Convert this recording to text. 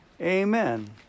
Amen